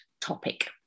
topic